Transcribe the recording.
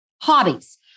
hobbies